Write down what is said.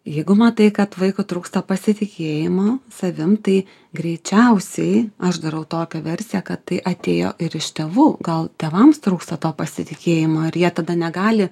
jeigu matai kad vaikui trūksta pasitikėjimo savim tai greičiausiai aš darau tokią versiją kad tai atėjo ir iš tėvų gal tėvams trūksta to pasitikėjimo ir jie tada negali